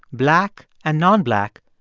black and nonblack,